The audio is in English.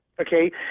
Okay